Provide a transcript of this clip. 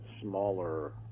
smaller